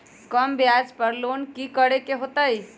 कम ब्याज पर लोन की करे के होतई?